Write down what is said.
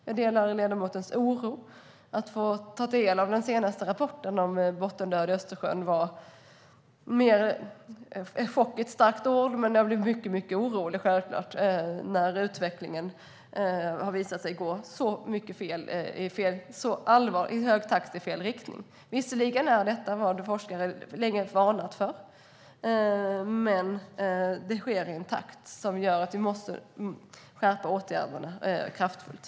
Jag delar ledamotens oro över Östersjön. Jag fick ta del av den senaste rapporten om bottendöd i Östersjön. Chock är ett starkt ord, men jag blev mycket orolig över att utvecklingen har visat sig gå i fel riktning i så hög takt. Visserligen är detta vad forskare länge har varnat för, men det sker i en takt som gör att vi måste skärpa åtgärderna kraftfullt.